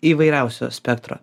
įvairiausio spektro